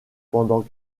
pendant